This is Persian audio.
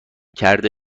کرده